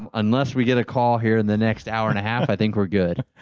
um unless we get a call here in the next hour and a half, i think we're good.